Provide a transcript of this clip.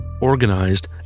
organized